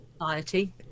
society